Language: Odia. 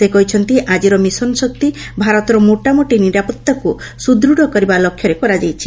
ସେ କହିଛନ୍ତି' ଆଜିର ମିଶନ ଶକ୍ତି ଭାରତର ମୋଟାମୋଟି ନିରାପତ୍ତାକୁ ସୁଦୃତ୍ତ କରିବା ଲକ୍ଷ୍ୟରେ କରାଯାଇଛି